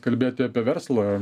kalbėti apie verslą